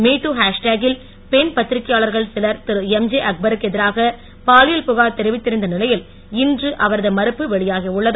mid ஹேஷ்டாகில் பெண் பத்திரிக்கையாளர்கள் சிலர் திரு எம்ஜே அக்பருக்கு எதிராக பாலியல் புகார் தெரிவித்திருந்த நிலையில் இன்று அவரது மறுப்பு வெளியாகி உள்ளது